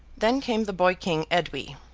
then came the boy-king edwy,